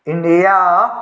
India